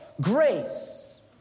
Grace